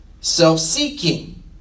self-seeking